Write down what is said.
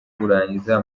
kurangiza